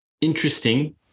Interesting